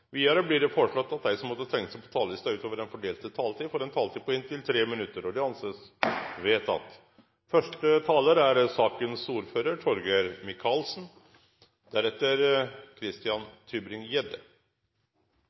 Videre blir det foreslått at de som måtte tegne seg på talerlisten utover den fordelte taletid, får en taletid på inntil 3 minutter. – Det anses vedtatt. De forslagene vi behandler i dag, er